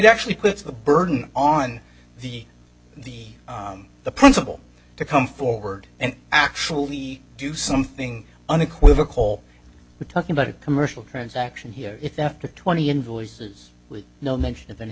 actually puts the burden on the the the principal to come forward and actually do something unequivocal we're talking about a commercial transaction here if after twenty invoices with no mention of any